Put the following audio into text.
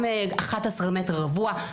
גם 11 מטרים רבועים,